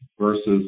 versus